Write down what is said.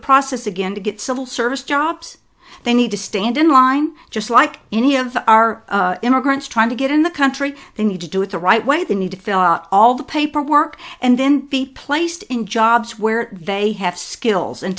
process again to get civil service jobs they need to stand in line just like any of our immigrants trying to get in the country they need to do it the right way they need to fill all the paperwork and then be placed in jobs where they have skills and